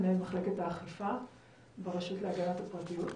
מנהל מחלקת האכיפה ברשות להגנת הפרטיות.